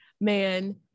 man